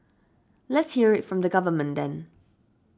Let's hear it from the government then